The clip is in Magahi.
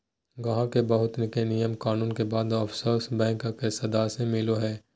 गाहक के बहुत से नियम कानून के बाद ओफशोर बैंक मे सदस्यता मिलो हय